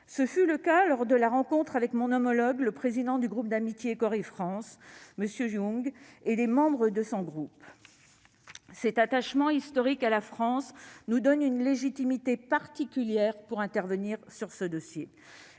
Ce fut le cas lors de notre rencontre avec mon homologue, le président du groupe d'amitié interparlementaire Corée-France, M. Jung Sung-ho, et des membres de ce groupe. Cet attachement historique à la France nous donne une légitimité particulière pour intervenir dans ce dossier,